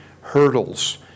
hurdles